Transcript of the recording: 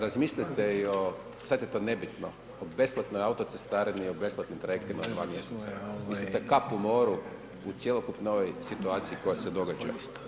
Razmislite i o, sad je to nebitno, o besplatnoj autocestarini, o besplatnim trajektima na dva mjeseca, mislim to je kap u moru u cjelokupnoj ovoj situaciji koja se događa.